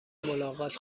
ملاقات